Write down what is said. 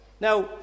Now